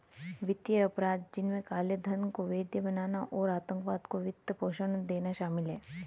वित्तीय अपराध, जिनमें काले धन को वैध बनाना और आतंकवाद को वित्त पोषण देना शामिल है